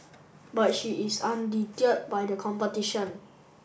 but she is undeterred by the competition